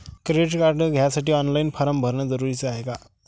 Credit card घ्यासाठी online form भरन जरुरीच हाय का?